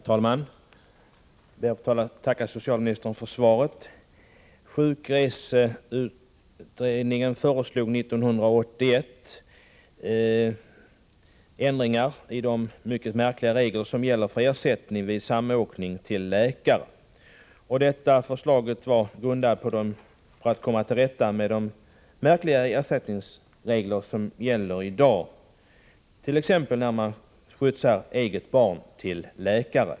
Herr talman! Jag ber att få tacka socialministern för svaret. Sjukreseutredningen föreslog år 1981 ändringar i de mycket märkliga regler som gäller för ersättning vid samåkning till läkare. Förslaget lämnades för att man skulle komma till rätta med de märkliga ersättningsregler som gäller i dag, t.ex. när man skjutsar eget barn till läkare.